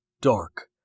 Dark